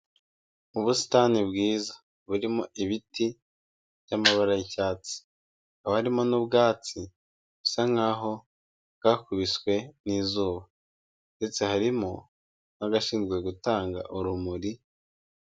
Ubusitani bwiza burimo ibiti by'amabara y'icyatsi hakaba harimo n'ubwatsi busa nkaho bwakubiswe n'izuba ndetse harimo n'abashinzwe gutanga urumuri.